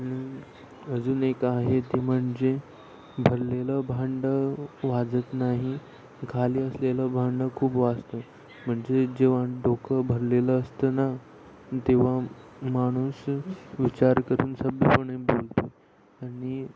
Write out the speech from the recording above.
अजून एक आहे ते म्हणजे भरलेलं भांडं वाजत नाही खाली असलेलं भांडं खूप वाजतो म्हणजे जेव्हा डोकं भरलेलं असतं ना तेव्हा माणूस विचार करून सभ्यपणे बोलतो आणि